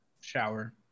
Shower